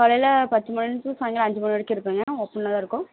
காலையில் பத்து மணி டூ சாய்ங்காலம் அஞ்சு மணி வரைக்கும் இருப்பேங்க ஓப்பனில் தான் இருக்கும்